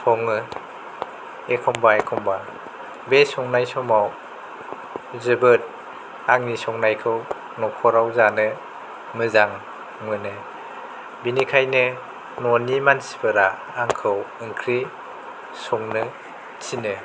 सङो एखम्बा एखम्बा बे संनाय समाव जोबोत आंनि संनायखौ नख'राव जानो मोजां मोनो बिनिखायनो न'नि मानसिफोरा आंखौ ओंख्रि संनो थिनो